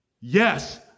yes